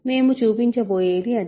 మేము చూపించబోయేది అదే